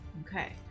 okay